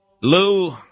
Lou